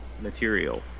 material